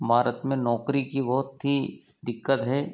भारत में नौकरी की बहुत ही दिक्कत है